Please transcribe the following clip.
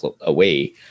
away